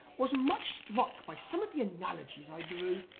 was much struck by some of the analogies i drew.